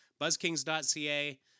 Buzzkings.ca